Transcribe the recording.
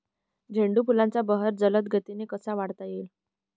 झेंडू फुलांचा बहर जलद गतीने कसा वाढवता येईल?